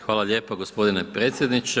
Hvala lijepa gospodine predsjedniče.